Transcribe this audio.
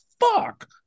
fuck